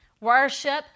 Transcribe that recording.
worship